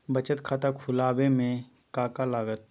बचत खाता खुला बे में का का लागत?